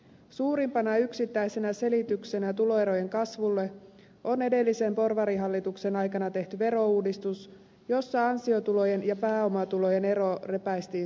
suurimpana yksittäisenä selityksenä tuloerojen kasvulle on edellisen porvarihallituksen aikana tehty verouudistus jossa ansiotulojen ja pääomatulojen ero repäistiin suureksi